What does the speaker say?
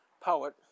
poet